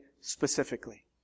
specifically